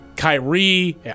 Kyrie